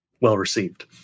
well-received